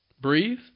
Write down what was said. Breathe